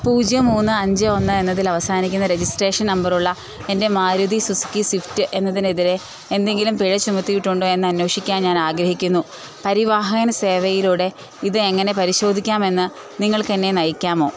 പൂജ്യം മൂന്ന് അഞ്ച് ഒന്ന് എന്നതിൽ അവസാനിക്കുന്ന രജിസ്ട്രേഷൻ നമ്പറുള്ള എൻ്റെ മാരുതി സുസുക്കി സ്വിഫ്റ്റ് എന്നതിനെതിരെ എന്തെങ്കിലും പിഴ ചുമത്തിയിട്ടുണ്ടോയെന്ന് അന്വേഷിക്കാൻ ഞാനാഗ്രഹിക്കുന്നു പരിവാഹൻ സേവയിലൂടെ ഇതെങ്ങനെ പരിശോധിക്കാമെന്ന് നിങ്ങൾക്കെന്നെ നയിക്കാമോ